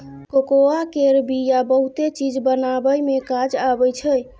cocoa केर बिया बहुते चीज बनाबइ मे काज आबइ छै